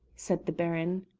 said the baron.